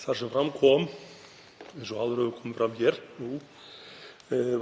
þar sem fram kom, eins og áður hefur komið fram hér,